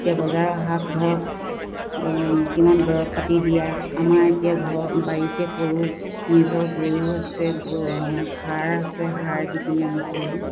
এতিয়া বজাৰৰ শাক ধৰক কিমান দৰৱ পাতি দিয়া আমাৰ এতিয়া ঘৰৰ বাৰীতে কৰোঁ নিজৰ গৰু আছে সাৰ আছে সাৰ দি পিনি আমি কৰোঁ